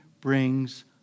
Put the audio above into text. brings